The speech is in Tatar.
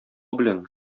белән